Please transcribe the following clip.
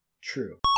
True